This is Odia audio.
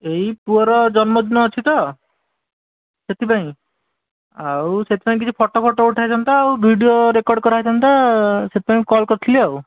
ଏଇ ପୁଅର ଜନ୍ମଦିନ ଅଛି ତ ସେଥିପାଇଁ ଆଉ ସେଥିପାଇଁ କିଛି ଫଟୋ ଫଟୋ ଉଠାଯାଇଥାନ୍ତା ଆଉ ଭିଡ଼ିଓ ରେକର୍ଡ଼ କରାଯାଇଥାନ୍ତା ସେଥିପାଇଁ କଲ୍ କରିଥିଲି ଆଉ